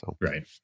Right